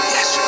Yes